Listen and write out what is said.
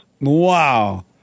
Wow